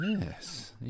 yes